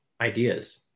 ideas